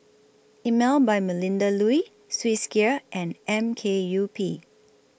Emel By Melinda Looi Swissgear and M K U P